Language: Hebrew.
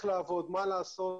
איך לעבוד, מה לעשות.